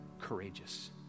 courageous